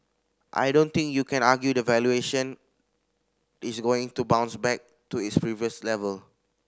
I don't think you can argue that valuation is going to bounce back to its previous level